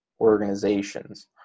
organizations